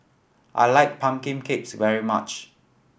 I like pumpkin cakes very much